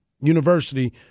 University